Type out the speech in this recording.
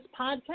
podcast